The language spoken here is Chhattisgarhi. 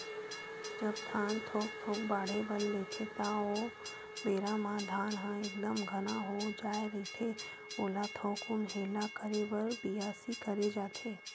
जब धान थोक थोक बाड़हे बर लेथे ता ओ बेरा म धान ह एकदम घना हो जाय रहिथे ओला थोकुन हेला करे बर बियासी करे जाथे